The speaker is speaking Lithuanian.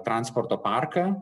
transporto parką